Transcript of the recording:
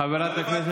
חיים,